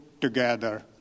together